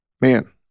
man